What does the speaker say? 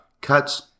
cuts